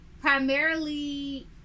primarily